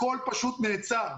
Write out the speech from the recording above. הכול פשוט נעצר.